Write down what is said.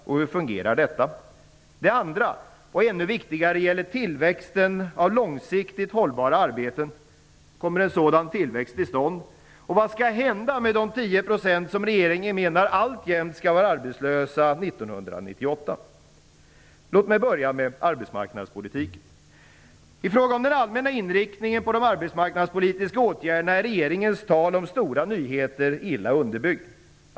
Och hur fungerar detta? Det andra, och ännu viktigare, gäller tillväxten av långsiktigt hållbara arbeten. Kommer en sådan tillväxt till stånd? Och vad skall hända med de Låt mig börja med arbetsmarknadspolitiken. I fråga om den allmänna inriktningen på de arbetsmarknadspolitiska åtgärderna är regeringens tal om stora nyheter illa underbyggt.